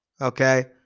Okay